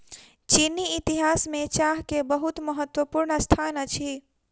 चीनी इतिहास में चाह के बहुत महत्वपूर्ण स्थान अछि